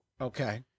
okay